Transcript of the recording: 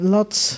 Lots